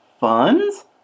funds